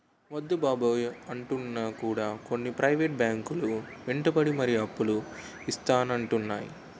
వద్దు బాబోయ్ అంటున్నా కూడా కొన్ని ప్రైవేట్ బ్యాంకు లు వెంటపడి మరీ అప్పులు ఇత్తానంటున్నాయి